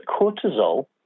cortisol